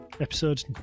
episode